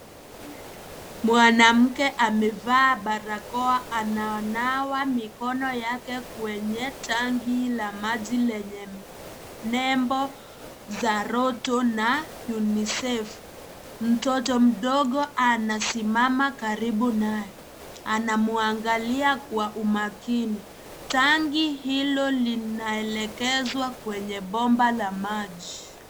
Mwanamke amevaa balakoa, ananawa mikono yake kwenye tangi la maji lenye nembo za loto na UNICEF ndogo anasimama karibu naye. Anamwangalia kwa umakini. Tangi hilo linaelekezwa kwenye bomba la maji.